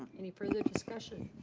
any further discussion?